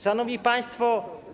Szanowni Państwo!